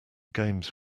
games